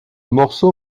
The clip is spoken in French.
morceau